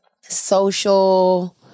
social